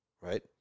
right